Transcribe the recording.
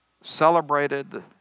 celebrated